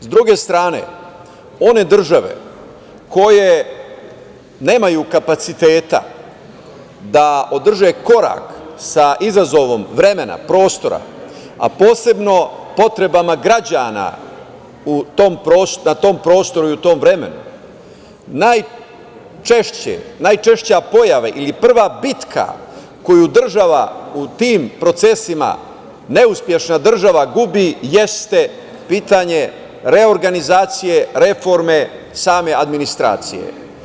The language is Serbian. S druge strane, one države koje nemaju kapaciteta da održe korak sa izazovom vremena, prostora, a posebno potrebama građana na tom prostoru i u tom vremenu, najčešće, najčešća pojava ili prva bitka koju država u tim procesima, neuspešna država, gubi jeste pitanje reorganizacije reforme same administracije.